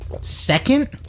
Second